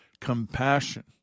compassion